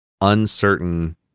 uncertain